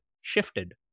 shifted